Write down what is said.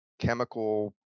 chemical